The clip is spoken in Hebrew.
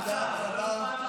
תודה רבה.